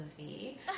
movie